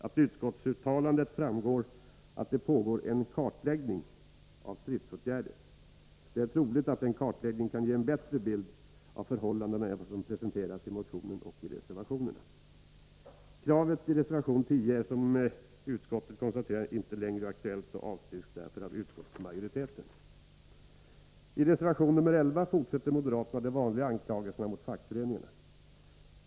Av utskottsbetänkandet framgår att det pågår en kartläggning av stridsåtgärder. Det är troligt att en kartläggning kan ge en bättre bild av förhållandena än vad som presenteras i motionen och i reservationerna. Kravet i reservation 10 är, som utskottet konstaterat, inte längre aktuellt och avstyrks därför av utskottsmajoriteten. I reservation 11 fortsätter moderaterna de vanliga anklagelserna mot fackföreningarna.